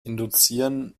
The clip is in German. induzieren